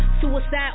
suicide